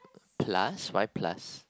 plus why plus